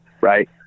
Right